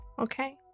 Okay